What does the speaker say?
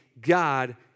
God